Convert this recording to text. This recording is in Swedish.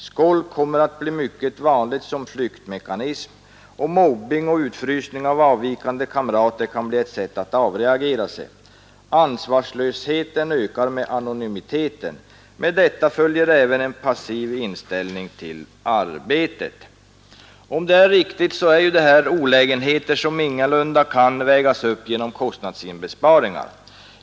Skolk kommer att bli mycket vanligt som flyktmekanism, och mobbing och utfrysning av avvikande kamrater kan bli ett sätt att avreagera sig. Ansvarslösheten ökar med anonymiteten. Med detta följer även en passiv inställning till arbetet.” Om detta är riktigt så är det ju fråga om olägenheter som ingalunda kan vägas upp genom kostnadsinbesparingar.